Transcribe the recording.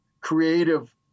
creative